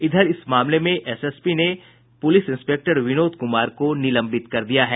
इधर इस मामले में एसएसपी ने पुलिस इंस्पेक्टर विनोद कुमार को निलंबित कर दिया है